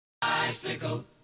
Bicycle